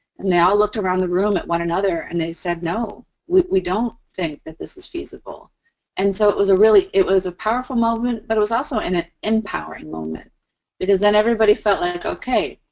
and they all looked around the room at one another and they said, no, we we don't think that this is feasible and so, it was a really, it was a powerful moment, but it was also in an empowering moment because then everybody felt like, okay,